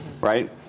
right